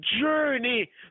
journey